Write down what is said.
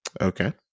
Okay